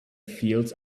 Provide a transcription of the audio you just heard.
fields